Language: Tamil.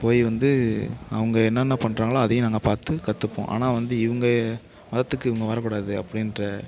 போய் வந்து அவங்க என்னென்ன பண்ணுறங்களோ அதையும் நாங்கள் பார்த்து கற்றுப்போம் ஆனால் வந்து இவங்க மதத்துக்கு இவங்க வர கூடாது அப்படின்ற